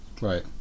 Right